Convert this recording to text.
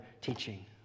teaching